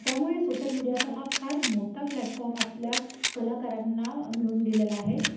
त्यामुळे सोशल मीडियाचा हा फार मोठा फ्लॅटफॉर्म आपल्या कलाकारांना मिळून दिलेला आहे